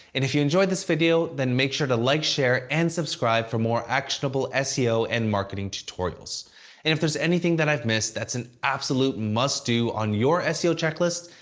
and if you enjoyed this video, then make sure to like, share, and subscribe for more actionable seo and marketing tutorials. and if there's anything that i've missed that's an absolute must-do on your seo checklist,